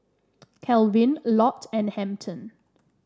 Calvin Lott and Hampton